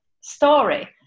story